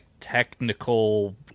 Technical